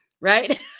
right